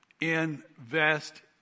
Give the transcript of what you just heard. invest